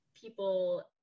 people